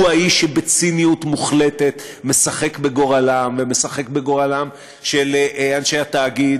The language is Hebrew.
הוא האיש שבציניות מוחלטת משחק בגורלם של אנשי התאגיד,